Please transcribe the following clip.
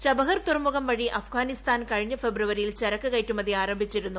Chabahar തുറമുഖം വഴി അഫ്ഗാനിസ്ഥാൻ കഴിഞ്ഞ ഫെബ്രുവരിയിൽ ചരക്കു കയറ്റുമതി ആരംഭിച്ചിരുന്നു